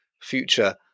future